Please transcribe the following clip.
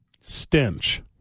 stench